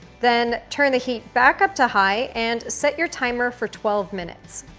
then turn the heat back up to high and set your timer for twelve minutes.